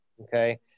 Okay